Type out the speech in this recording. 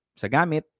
sagamit